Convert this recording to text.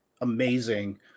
amazing